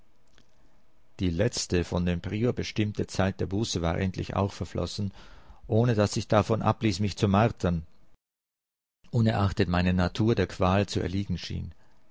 die letzte von dem prior bestimmte zeit der buße war endlich auch verflossen ohne daß ich davon abließ mich zu martern unerachtet meine natur der qual zu erliegen schien